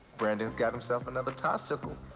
brandon's got himself another tiesicle.